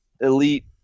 elite